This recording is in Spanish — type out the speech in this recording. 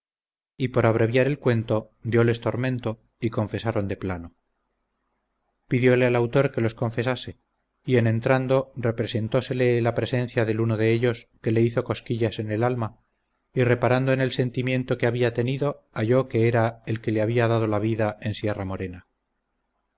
y por abreviar el cuento dioles tormento y confesaron de plano pidiole al autor que los confesase y en entrando representósele la presencia del uno de ellos que le hizo cosquillas en el alma y reparando en el sentimiento que había tenido halló que era el que le había dado la vida en